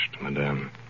madame